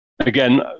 again